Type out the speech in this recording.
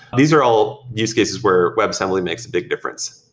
these are all use cases where web assembly makes a big difference.